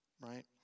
right